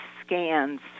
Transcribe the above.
scans